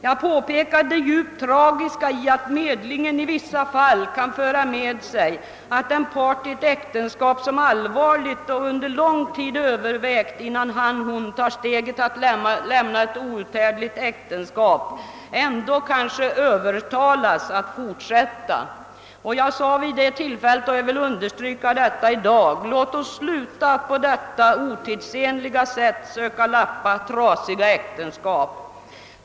Jag påpekade det djupt tragiska i att medlingen i vissa fall kan föra med sig att den part i ett äktenskap som allvarligt och under lång tid övervägt.sa ken, innan han eller hon tar steget att lämna ett outhärdligt äktenskap, ändå kanske övertalas att fortsätta. Jag sade även vid det tillfället, och jag vill understryka detta i dag: Låt oss sluta med att på detta otidsenliga sätt söka lappa ihop trasiga äktenskap!